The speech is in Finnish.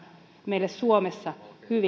meille suomessa hyvin